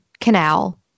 canal